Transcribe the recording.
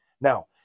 Now